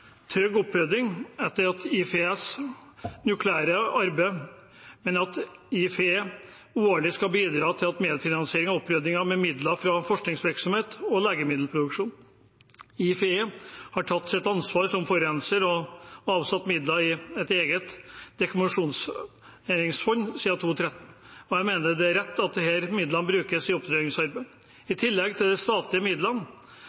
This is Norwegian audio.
trygg opprydding etter IFEs nukleære aktivitet, men at IFE årlig skal bidra til medfinansiering og opprydding med midler fra forskningsvirksomhet og legemiddelproduksjon. IFE har tatt sitt ansvar som forurenser og avsatt midler i et eget dekommisjoneringsfond siden 2013, og jeg mener at det er rett at disse midlene brukes i oppryddingsarbeidet i tillegg til de statlige midlene.